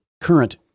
current